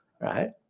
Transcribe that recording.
right